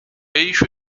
eixo